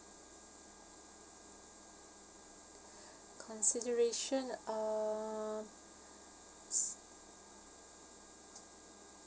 consideration um